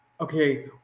okay